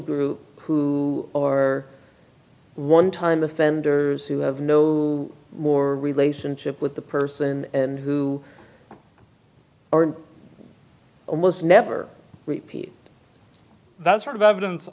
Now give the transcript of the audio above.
group who or one time offenders who have known more relationship with the person and who are in almost never repeat that sort of evidence